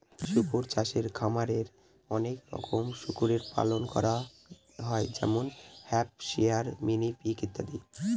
শুকর চাষে খামারে অনেক রকমের শুকরের পালন করা হয় যেমন হ্যাম্পশায়ার, মিনি পিগ ইত্যাদি